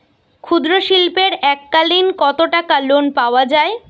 ক্ষুদ্রশিল্পের এককালিন কতটাকা লোন পাওয়া য়ায়?